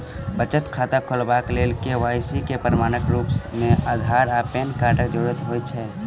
बचत खाता खोलेबाक लेल के.वाई.सी केँ प्रमाणक रूप मेँ अधार आ पैन कार्डक जरूरत होइ छै